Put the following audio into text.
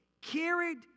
carried